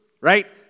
right